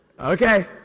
Okay